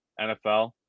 NFL